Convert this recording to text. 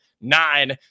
nine